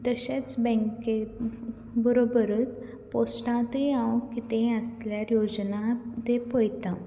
तशेंच बँके बरोबरूच पोस्टांतय हांव कितेंय आसल्यार योजना ते पळयता